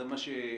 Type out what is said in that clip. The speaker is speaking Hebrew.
זה מה שצוין,